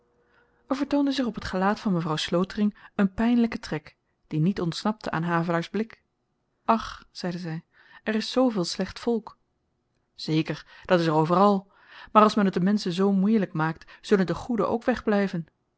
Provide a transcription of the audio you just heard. er vertoonde zich op t gelaat van mevrouw slotering een pynlyke trek die niet ontsnapte aan havelaars blik ach zeide zy er is zooveel slecht volk zeker dat is er overal maar als men t de menschen zoo moeielyk maakt zullen de goeden ook